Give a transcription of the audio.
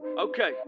Okay